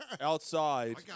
Outside